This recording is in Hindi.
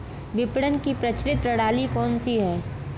विपणन की प्रचलित प्रणाली कौनसी है?